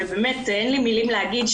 ובאמת אין לי מילים להגיד,